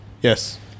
Yes